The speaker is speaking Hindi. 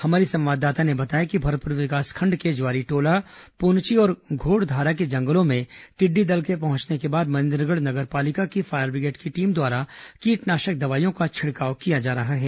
हमारी संवाददाता ने बताया कि भरतपुर विकाखंड के ज्वारीटोला पुनची और घोड़धारा के जंगलों में टिड्डी दल के पहुंचने के बाद मनेन्द्रगढ़ नगर पालिका की फायर बिग्रेड की टीम द्वारा कीटनाशक दवाईयों का छिड़काव किया जा रहा है